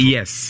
Yes